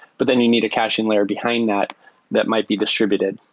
but then you need a caching layer behind that that might be distributed.